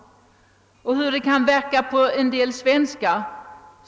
Och hur kan den verka på en del svenskar?